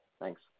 Thanks